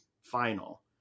final